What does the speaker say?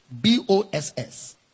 B-O-S-S